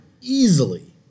easily